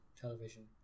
television